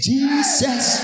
Jesus